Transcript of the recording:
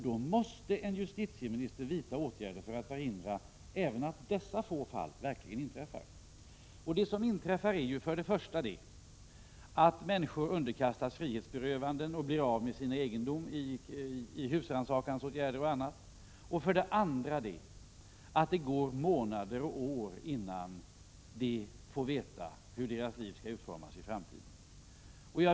Då måste en justitieminister vidta åtgärder för att förhindra att även dessa få fall verkligen inträffar. Det som händer är, för det första, att människor underkastas frihetsberövanden och blir av med sin egendom till följd av husrannsakan och andra åtgärder. För det andra går det månader och år innan människorna får veta hur deras liv skall utformas i framtiden.